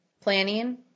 planning